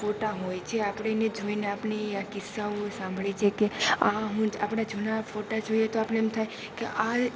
ફોટા હોય છે આપણે એને જોઈને આપણે આ કિસ્સાઓ સાંભળીએ છીએ કે આ હું આપણા જૂના ફોટા જોઈએ તો આપણને એમ થાય કે આ